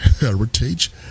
heritage